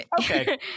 Okay